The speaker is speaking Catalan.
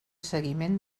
seguiment